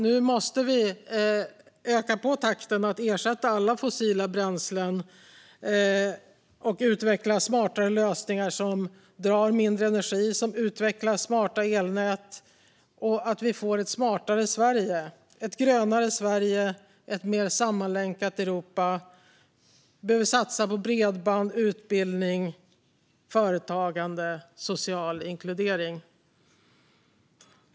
Nu måste vi öka på takten för att ersätta alla fossila bränslen och utveckla smartare lösningar som drar mindre energi, som utvecklar smarta elnät och leder till ett smartare Sverige, ett grönare Sverige och ett mer sammanlänkat Europa. Vi behöver satsa på bredband, utbildning, företagande och social inkludering.